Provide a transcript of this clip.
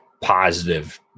positive